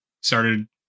started